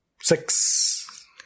Six